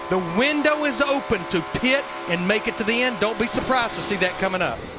the window is open to pit and make it to the end, don't be surprised to see that coming up.